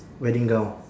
wedding gown